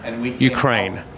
Ukraine